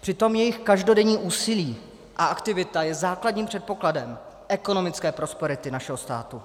Přitom jejich každodenní úsilí a aktivita je základním předpokladem ekonomické prosperity našeho státu.